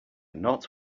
not